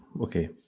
okay